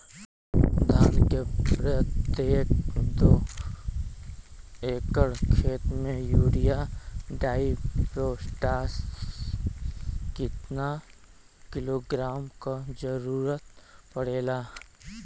धान के प्रत्येक दो एकड़ खेत मे यूरिया डाईपोटाष कितना किलोग्राम क जरूरत पड़ेला?